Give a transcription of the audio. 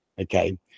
Okay